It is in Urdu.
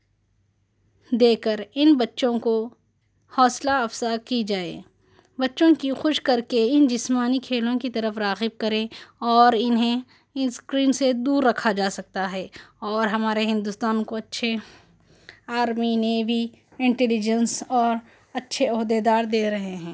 دے کر ان بچوں کو حوصلہ افزا کی جائے بچوں کی خوش کر کے ان جسمانی کھیلوں کی طرف راغب کریں اور انہیں اسکرین سے دور رکھا جا سکتا ہے اور ہمارے ہندوستان کو اچھے آرمی نیوی انٹلیجینس اور اچھے عہدیدار دے رہے ہیں